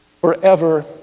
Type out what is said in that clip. forever